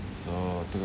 so talk